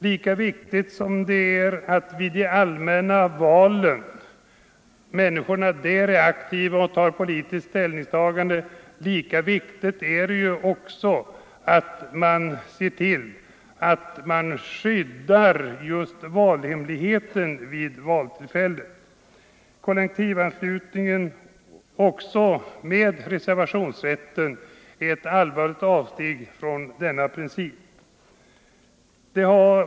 Lika viktigt som det är att människorna är aktiva och tar politisk ställning vid de allmänna valen, lika viktigt är det att skydda valhemligheten vid valtillfället. Kollektivanslutningen, även med den därtill fogade reservationsrätten, är ett allvarligt avsteg från denna princip.